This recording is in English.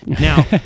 Now